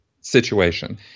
situation